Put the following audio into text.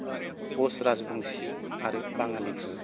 कच राजबंचि आरो बाङालिफोर